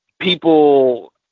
people